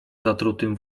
zatruty